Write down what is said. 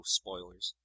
spoilers